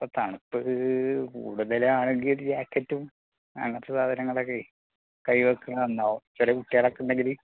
ഇപ്പോൾ തണുപ്പ് കൂടുതലാണെങ്കിൽ ഒരു ജാക്കറ്റും അങ്ങനത്തെ സാധനങ്ങളൊക്കെ കൈയിൽ വെക്കുന്നത് നന്നാകും ചെറിയ കുട്ടികളൊക്കെ ഉണ്ടെങ്കിൽ